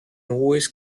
hohes